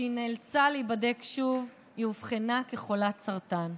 וכשהיא נאלצה להיבדק שוב, היא אובחנה כחולת סרטן.